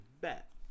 bet